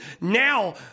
now